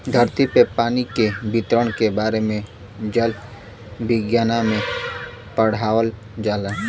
धरती पे पानी के वितरण के बारे में जल विज्ञना में पढ़ावल जाला